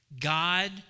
God